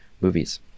movies